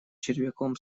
червяком